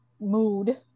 mood